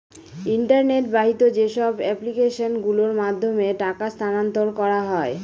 internet বাহিত যেসব application গুলোর মাধ্যমে টাকা স্থানান্তর করা হয়